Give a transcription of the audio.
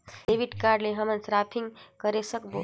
Debit card ले हमन shopping करे सकबो?